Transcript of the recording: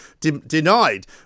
denied